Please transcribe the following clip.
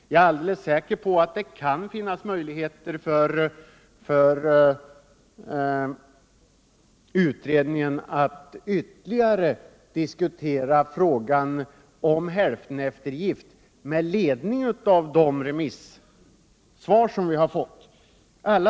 Jag är alldeles säker på att det kan finnas möjligheter för utredningen att ytterligare diskutera frågan om hälfteneftergift med ledning av de remissvar vi fått.